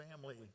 family